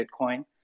Bitcoin